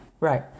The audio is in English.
Right